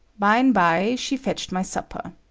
by'm-by, she fetched my supper.